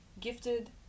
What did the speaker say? Gifted